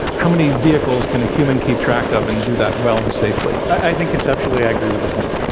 how many vehicles can a human keep track of and do that well and safely? i think, conceptually, i agree with the point.